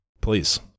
Please